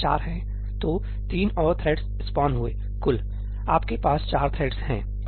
तो 3 और threads spawn हुए कुल आपके पास चार थ्रेड्स हैं